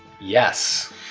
yes